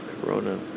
Corona